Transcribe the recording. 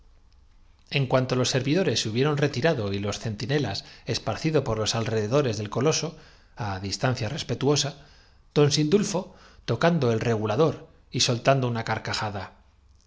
en cuanto los servidores se hubieron retirado y los centinelas esparcido por los alrededores del coloso a distancia respetuosa don sindulfo tocando el regula dor y soltando una carcajada